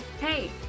hey